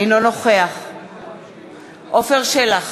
אינו נוכח עפר שלח,